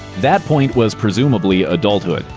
that point was presumably adulthood.